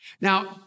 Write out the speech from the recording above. Now